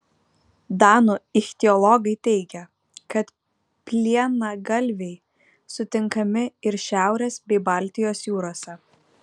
danų ichtiologai teigia kad plienagalviai sutinkami ir šiaurės bei baltijos jūrose